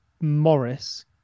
Morris